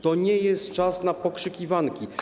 To nie jest czas na pokrzykiwanki.